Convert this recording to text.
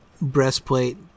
breastplate